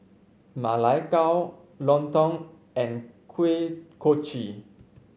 Ma Lai Gao lontong and Kuih Kochi